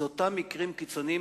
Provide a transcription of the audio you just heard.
זה אותם מקרים קיצוניים,